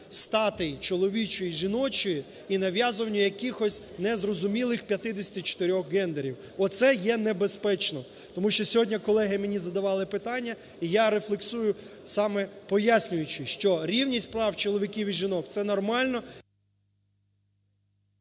статі чоловічої і жіночої і нав'язування якихось незрозумілих 54 гендерів. Оце є небезпечно, тому що сьогодні колеги мені задавали питання і я рефлексую саме, пояснюючи, що рівність прав чоловіків і жінок – це нормально…